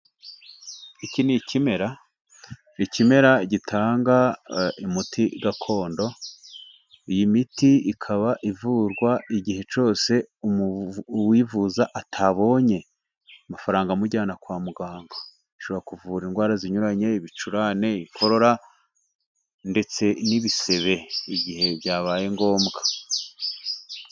Iki n'ikimera, ikimera gitanga imiti gakondo, iyi miti ikaba ivurwa igihe cyose uwivuza atabonye amafaranga amujyana kwa muganga, ishobora kuvura indwara zinyuranye; ibicurane, inkorora, ndetse n'ibisebe igihe byabaye ngombwa.